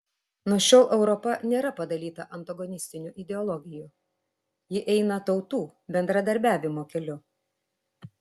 nuo šiol europa nėra padalyta antagonistinių ideologijų ji eina tautų bendradarbiavimo keliu